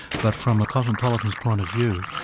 but from a cosmopolitan's point of view,